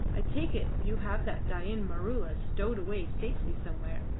i take it you have that dain maroola stowed away safely somewhere.